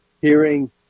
hearing